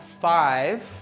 Five